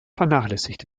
vernachlässigt